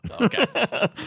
okay